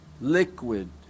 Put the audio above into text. liquid